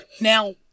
Now